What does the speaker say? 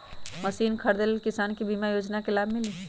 Machine खरीदे ले किसान के बीमा योजना के लाभ मिली?